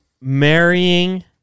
marrying